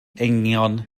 eingion